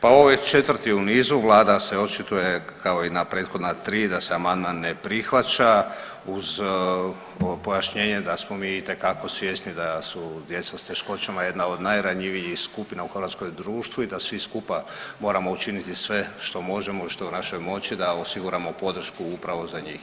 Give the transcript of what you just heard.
Pa ovo je četvrti u nizu, vlada se očituje kao i na prethodna tri da se amandman ne prihvaća uz pojašnjenje da smo mi itekako svjesni da su djeca s teškoćama jedna od najranjivijih skupina u hrvatskom društvu i da svi skupa moramo učinit sve što možemo i što je u našoj moći da osiguramo podršku upravo za njih.